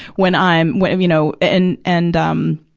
when i'm, when, you know and, and, um,